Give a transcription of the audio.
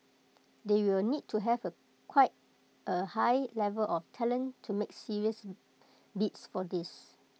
they will need to have quite A high level of talent to make serious bids for these